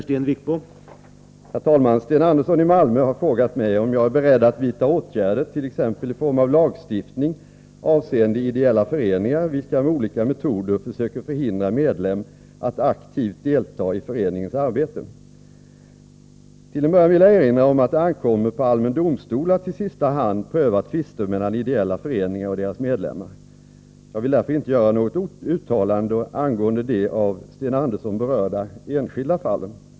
Sten Andersson i Malmö har frågat mig om jag är beredd att vidta åtgärder, t.ex. i form av lagstiftning avseende ideella föreningar, vilka med olika metoder försöker förhindra medlem att aktivt delta i föreningens arbete. Till en början vill jag erinra om att det ankommer på allmän domstol att i sista hand pröva tvister mellan ideella föreningar och deras medlemmar. Jag vill därför inte göra något uttalande angående de av Sten Andersson berörda, enskilda fallen.